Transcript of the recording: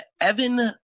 Evan